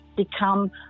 Become